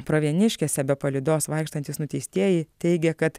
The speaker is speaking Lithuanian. pravieniškėse be palydos vaikštantys nuteistieji teigia kad